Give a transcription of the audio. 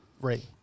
Right